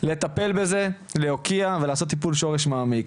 לטפל בזה, להוקיע, ולעשות טיפול שורש מעמיק.